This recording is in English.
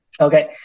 okay